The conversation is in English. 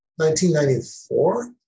1994